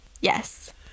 Yes